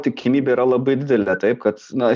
tikimybė yra labai didelė taip kad na